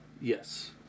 Yes